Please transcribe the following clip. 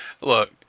look